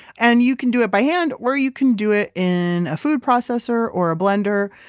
and you can do it by hand where you can do it in a food processor or a blender,